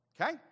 Okay